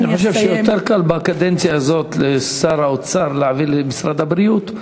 אני חושב שיותר קל בקדנציה הזאת לשר האוצר להעביר למשרד הבריאות,